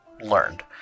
learned